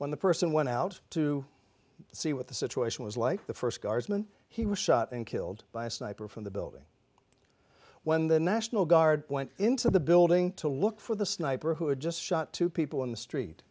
when the person went out to see what the situation was like the first guardsman he was shot and killed by a sniper from the building when the national guard went into the building to look for the sniper who had just shot two people in the street